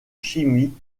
chimie